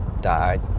died